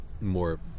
more